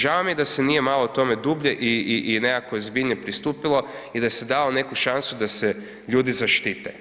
Žao mi je da se nije malo tome dublje i nekako ozbiljnije pristupilo i da se dalo neku šansu da se ljudi zaštite.